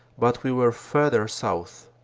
but we were further south.